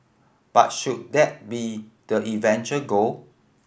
but should that be the eventual goal